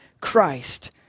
Christ